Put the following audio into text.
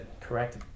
correct